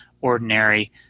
ordinary